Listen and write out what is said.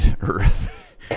Earth